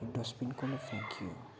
dustbin कसले फ्याँक्यो